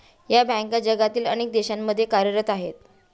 या बँका जगातील अनेक देशांमध्ये कार्यरत आहेत